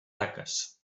taques